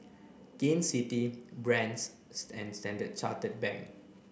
Gain City Brand's and Standard Chartered Bank